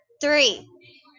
three